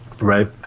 Right